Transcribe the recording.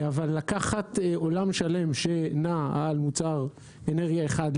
אבל לקחת עולם שלם שנע על מוצר אנרגיה אחד,